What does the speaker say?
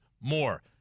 more